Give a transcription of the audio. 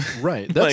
Right